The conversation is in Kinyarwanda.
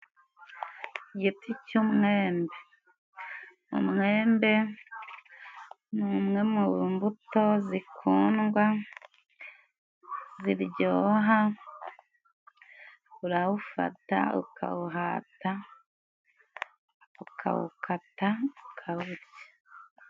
Igiti cy'umwembe. Umwembe ni umwe mu mbuto zikundwa, ziryoha, urawufata, ukawuhata, ukawukata, ukawurya.